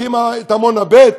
הקימה את עמונה ב'?